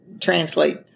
translate